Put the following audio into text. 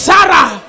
Sarah